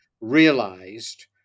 realized